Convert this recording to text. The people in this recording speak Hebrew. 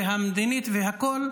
המדינית והכול,